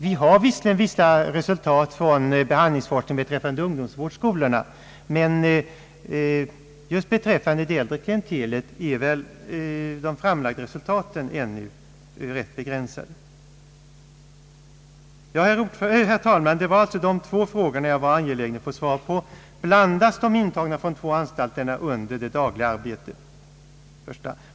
Vi har visserligen vissa resultat från behandlingsforskningen beträffande ungdomsvårdsskolorna, men just beträffande det äldre klientelet är väl de framlagda resultaten ännu rätt begränsade. Herr talman! Det är dessa två frågor som jag är angelägen att få svar på. Min första fråga är alltså: Blandas de intagna från de två anstalterna under det dagliga arbetet?